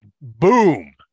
Boom